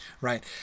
Right